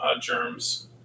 germs